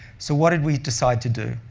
so what did we decide to do?